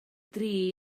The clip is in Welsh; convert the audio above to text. dri